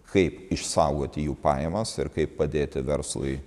kaip išsaugoti jų pajamas ir kaip padėti verslui